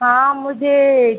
हाँ मुझे